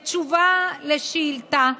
בתשובה לשאילתה,